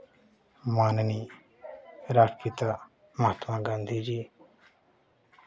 माननीय राष्ट्रपिता महात्मा गाँधी जी